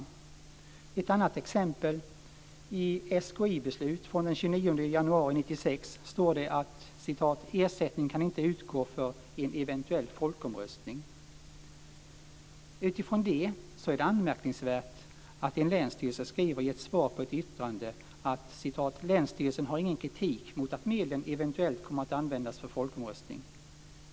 Jag har ett annat exempel. I ett SKI-beslut från den 29 januari 1996 står det: "Ersättning kan inte utgå för en eventuell folkomröstning". Utifrån det är det anmärkningsvärt att en länsstyrelse skriver så här i ett svar på ett yttrande: "Länsstyrelsen har ingen kritik mot att medlen ev. kommer att användas för folkomröstning.